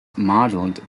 modelled